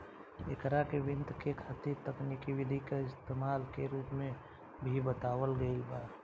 एकरा के वित्त के खातिर तकनिकी विधि के इस्तमाल के रूप में भी बतावल गईल बा